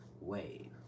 wave